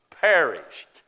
perished